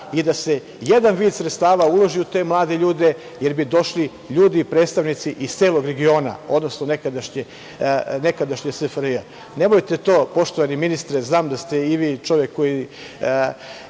i da se jedan vid sredstava uloži u te mlade ljudi, jer bi došli ljudi, predstavnici iz celog regiona, odnosno nekadašnje SFRJ.Poštovani ministre, znam da ste i vi čovek koji